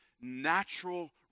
natural